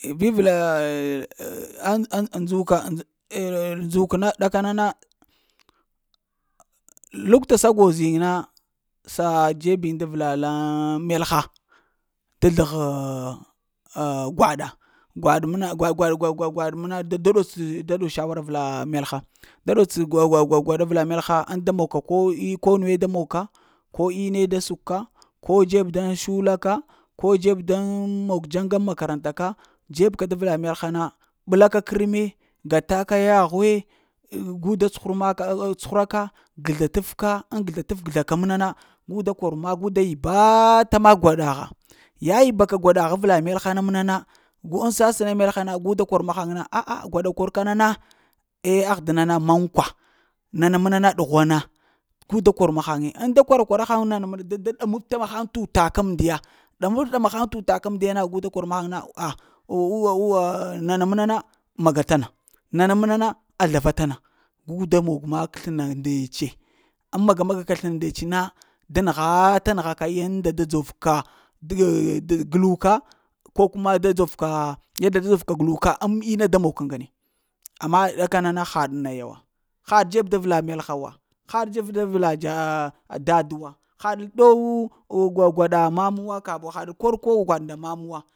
Vi-vla aa ndzuka-ndzuk na ɗaka nana lukta sa goz yiŋ na sa dzebi da vla laŋ melha, da zlegh ah gwaɗa gwaɗ məna a gwa-gwa-gwaɗ məna da ɗots da dow shawara avla melha, da ɗots gwa-gwa alva melha ŋ da mog ka ko i ko nuwe da moŋ ka ko ine da sukwa, ko ɗzeh dan shula ka, ko dzeb da mon dzaŋga ŋ makaranta ka, dzeb ka da vla melha na, ɓla ka kərme ga ta ka yaghwe,? Gu da cuhura ta make, a cuhuraka, kəezla taf ka ŋ kəezla-taf-kəezla ka mna na gu da kor mak, gu da yibata gwaɗa ha, yayibaka ka gwaɗa ha avla melha na mna na, gu ŋ sasa melha na, gu da kor mahaŋ mna na a-a gwaɗa kor ka nana eh ahdəna na mankwa, nana mna na ɗughwana, gu da kor mahaŋe ŋ da kwara-kwara haŋ da ɗamab t'utakam ndiya ɗamab-ɗama haŋ t utakan ndiya gu da kor mahaŋ na a o uwa-uwa nana mna na maga tana, nana mna na a zlava ta na gu da mog mak slna ndece ŋ maga-maga slna ndec na da nəgha ta nəgha ka yanda da dzorka t't guhuka, ko kuwa da dzarka, yada da dzorka guluka ŋ mnu nda da mog ka ŋgane. Ama ɗakana na haɗ naya wa haɗ naya wa hal dzeb da vla melha wa, hal dzeb da vla ah dad wa, hal ɗawu gwaɗa mamuwa, hal dow kor gwaɗa nda mamuwo